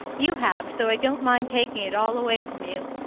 you have so i don't mind taking it all away from you.